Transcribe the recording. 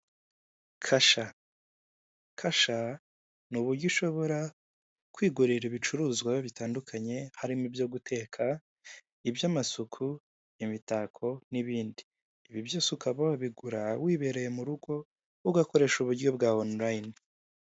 Kasha, kasha ni uburyo ishobora kwigurira ibicuruzwa bitandukanye harimo ibyo guteka, iby'amasuku, imitako, n'ibindi. Ibi byose ukaba wabigura wibereye mu rugo ugakoresha uburyo bwa ha onoline.